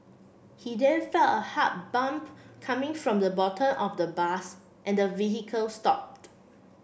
he then felt a hard bump coming from the bottom of the bus and the vehicle stopped